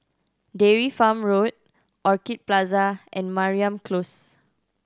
Dairy Farm Road Orchid Plaza and Mariam Close